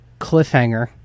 cliffhanger